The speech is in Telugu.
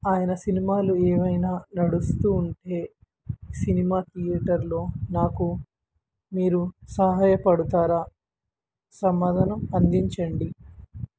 ఆయన సినిమాలు ఏవైనా నడుస్తూ ఉంటే సినిమా థియేటర్లో నాకు మీరు సహాయపడతారా సమాధానం అందించండి